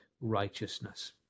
righteousness